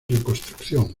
reconstrucción